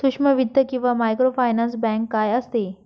सूक्ष्म वित्त किंवा मायक्रोफायनान्स बँक काय असते?